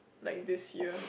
like this year